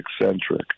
eccentric